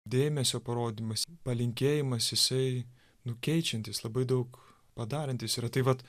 dėmesio parodymas palinkėjimas jisai nu keičiantis labai daug padarantis yra tai vat